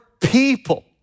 people